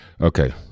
Okay